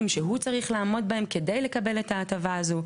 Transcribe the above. שהוא צריך לעמוד בהם כדי לקבל את ההטבה הזאת.